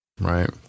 Right